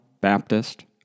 Baptist